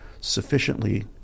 sufficiently